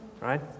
right